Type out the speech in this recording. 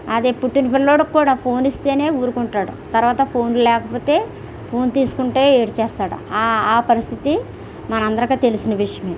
అదే పుట్టిన పిల్లాడికి కూడా ఫోన్ ఇస్తేనే ఊరుకుంటాడు తరువాత ఫోన్ లేకపోతే ఫోన్ తీసుకుంటే ఏడ్చేస్తాడు ఆ ఆ పరిస్థితి మన అందరికి తెలిసిన విషయమే